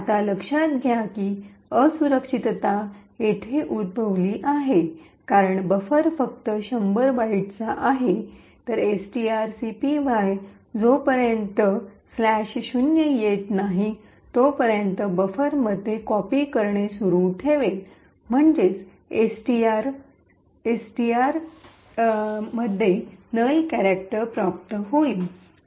आता लक्षात घ्या की असुरक्षितता येथे उद्भवली आहे कारण बफर फक्त 100 बाइटचा आहे तर एसटीआरसीपीवाय जो पर्यंत ' 0' येत नाही तोपर्यंत बफरमध्ये कॉपी करणे सुरू ठेवेल म्हणजेच एसटीआरटीमध्ये नल कॅरेक्टर प्राप्त होईपर्यंत